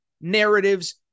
narratives